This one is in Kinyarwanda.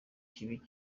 kibi